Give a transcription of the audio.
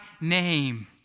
name